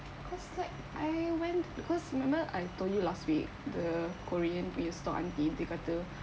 cause like I went cause remember I told you last week the korean punya stall aunty dia kata